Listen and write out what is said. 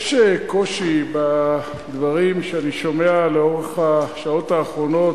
יש קושי בדברים שאני שומע לאורך השעות האחרונות,